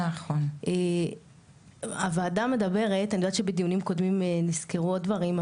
אני יודעת שבדיונים קודמים נזכרו עוד דברים,